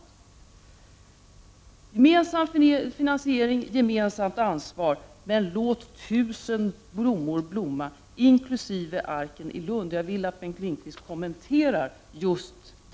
Jag vill att Bengt Lindqvist kommenterar följande: gemensam finansiering, gemensamt ansvar och att låta tusen blommor blomma inkl. Arken i Lund.